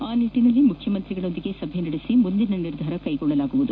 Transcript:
ಆ ನಿಟ್ಟನಲ್ಲಿ ಮುಖ್ಯಮಂತ್ರಿಗಳೊಂದಿಗೆ ಸಭೆ ನಡೆಸಿ ಮುಂದಿನ ನಿರ್ಧಾರ ಕೈಗೊಳ್ಳಲಾಗುವುದು